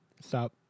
Stop